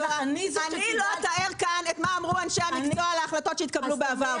אני לא אתאר כאן מה אמרו אנשי המקצוע על ההחלטות שהתקבלו בעבר.